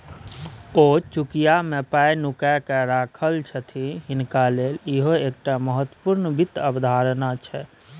ओ चुकिया मे पाय नुकाकेँ राखय छथि हिनका लेल इहो एकटा महत्वपूर्ण वित्त अवधारणा छै